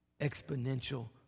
Exponential